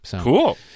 Cool